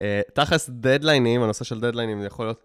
תאכלס דדליינים, הנושא של דדליינים הוא יכול להיות...